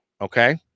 Okay